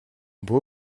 beau